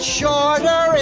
shorter